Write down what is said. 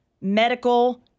medical